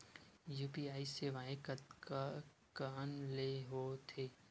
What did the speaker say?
UPI सेवाएं कतका कान ले हो थे?